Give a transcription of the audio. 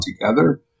together